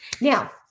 now